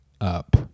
up